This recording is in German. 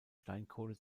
steinkohle